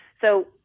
So-